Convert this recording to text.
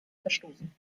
verstoßen